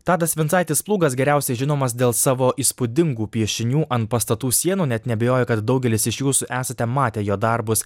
tadas vincaitis plūgas geriausiai žinomas dėl savo įspūdingų piešinių ant pastatų sienų net neabejoju kad daugelis iš jūsų esate matę jo darbus